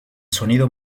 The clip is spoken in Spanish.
sonido